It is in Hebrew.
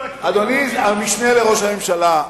אדוני המשנה לראש הממשלה,